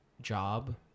job